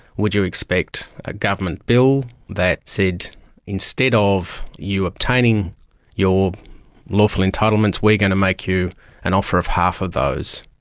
would you expect a government bill that said instead ah of you obtaining your lawful entitlements we're going to make you an offer of half of those.